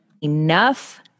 enough